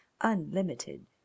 unlimited